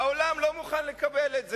העולם לא מוכן לקבל את זה.